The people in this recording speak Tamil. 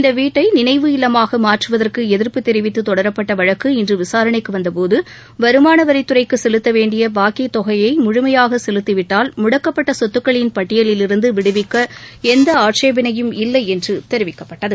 இந்த வீட்டை நினைவு இல்லமாக மாற்றுவதற்கு எதிா்ப்பு தெரிவித்து தொடரப்பட்ட வழக்கு இன்று விசாரணைக்கு வந்தபோது வருமான வரித்துறைக்கு செலுத்த வேண்டிய பாக்கித் தொகையை முழுமையாக செலுத்திவிட்டால் முடக்கப்பட்ட சொத்துக்களின் பட்டியலிலிருந்து விடுவிக்க எந்த ஆட்சேபனையும் இல்லை என்று தெரிவிக்கப்பட்டது